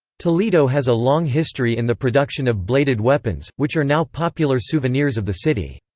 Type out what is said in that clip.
toledo has a long history in the production of bladed weapons, which are now popular souvenirs of the city.